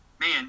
man